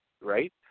right